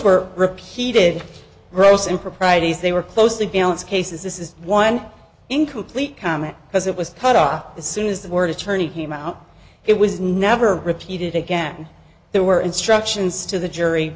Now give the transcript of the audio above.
were repeated gross improprieties they were close the balance cases this is one incomplete comment because it was cut off the soon as the word attorney came out it was never repeated again there were instructions to the jury